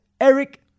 Eric